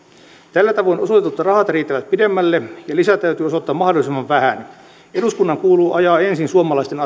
tällä tavoin osoitetut rahat riittävät pidemmälle ja lisää täytyy osoittaa mahdollisimman vähän eduskunnan kuuluu ajaa ensin suomalaisten